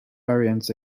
variants